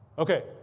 ok.